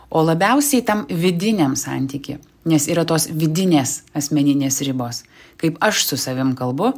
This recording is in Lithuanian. o labiausiai tam vidiniam santykyje nes yra tos vidinės asmeninės ribos kaip aš su savim kalbu